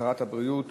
שרת הבריאות